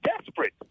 desperate